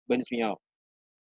burns me out